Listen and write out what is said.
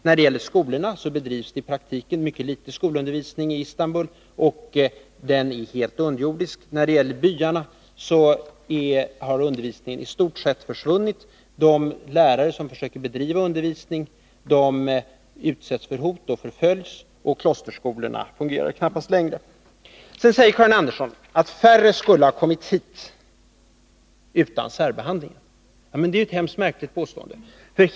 När det gäller skolorna bedrivs det i praktiken mycket litet skolundervisning i Istanbul, och den är helt underjordisk. I byarna har undervisningen i stort sett försvunnit. De lärare som försöker bedriva undervisning utsätts för hot och förföljs. Klosterskolorna fungerar knappast längre. Sedan säger Karin Andersson att färre skulle ha kommit hit utan särbehandling. Det är ett mycket märkligt påstående.